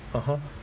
(uh huh)